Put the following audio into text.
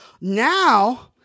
now